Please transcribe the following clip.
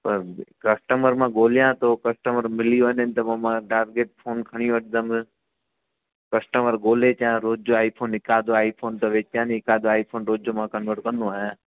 पर कस्टमर मां ॻोल्हायां थो पर कस्टमर मिली वञे त पोइ मां टारगेट फ़ोन खणी वठंदमि कस्टमर ॻोल्हे अचां रोज़ जो आई फ़ोन हितां जो आई फ़ोन त वेचा नी हिक अधि आई फ़ोन रोज़ जो कंवर्ट कंदो आहियां